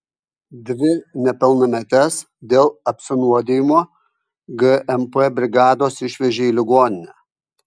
dvi nepilnametes dėl apsinuodijimo gmp brigados išvežė į ligoninę